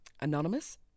Anonymous